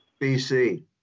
BC